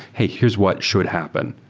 hey, here's what should happen.